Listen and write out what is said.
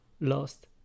lost